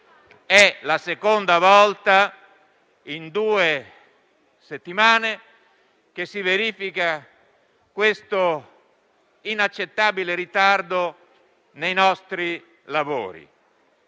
È la seconda volta in due settimane che si verifica un inaccettabile ritardo nei nostri lavori,